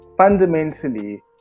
fundamentally